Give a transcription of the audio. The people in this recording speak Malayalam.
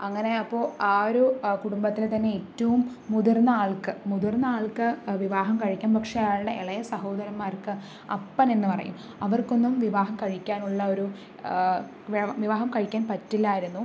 അങ്ങനെ അപ്പോൾ ആ ഒരു കുടുംബത്തിന് തന്നെ ഏറ്റവും മുതിർന്ന ആൾക്ക് മുതിർന്ന ആൾക്ക് വിവാഹം കഴിക്കാം പക്ഷേ ആളുടെ ഇളയ സഹോദരന്മാർക്ക് അപ്പൻ എന്ന് പറയും അവർക്കൊന്നും വിവാഹം കഴിക്കാനുള്ള ഒരു വിവാഹം കഴിക്കാൻ പറ്റില്ലായിരുന്നു